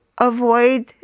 Avoid